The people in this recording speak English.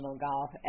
golf